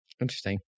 interesting